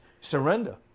surrender